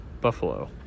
Buffalo